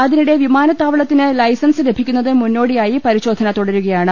അതിനിട്ടെ വിമാനത്താവളത്തിന് licence ലഭിക്കുന്നതിന് മുന്നോടിയായി പരിശോധന തുടരുകയാണ്